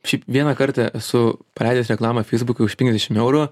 šiaip vieną kartą esu paleidęs reklamą feisbuke už penkiasdešim eurų